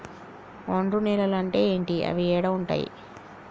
ఒండ్రు నేలలు అంటే ఏంటి? అవి ఏడ ఉంటాయి?